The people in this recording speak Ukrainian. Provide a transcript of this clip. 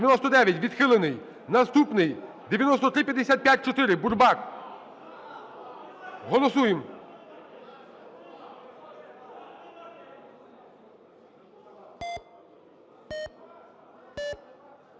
Відхилений. Наступний – 9355-4, Бурбак. Голосуємо.